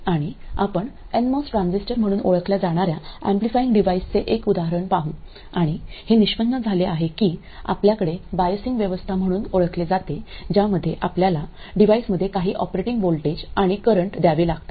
आणि आपण NMOS transistor म्हणून ओळखल्या जाणार्या एम्पलीफाईंग डिव्हाइसचे एक उदाहरण पाहू आणि हे निष्पन्न झाले की आपल्याकडे बायसिंग व्यवस्था म्हणून ओळखले जाते ज्यामध्ये आपल्याला डिव्हाइसमध्ये काही ऑपरेटिंग व्होल्टेज आणि करंट द्यावे लागतात